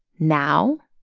now,